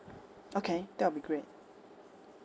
okay that will be great